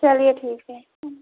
चलिए ठीक है